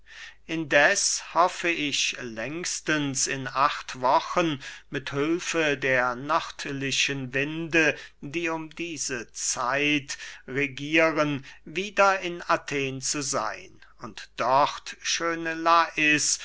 indessen hoffe ich längstens in acht wochen mit hülfe der nördlichen winde die um diese zeit regieren wieder in athen zu seyn und dort schöne lais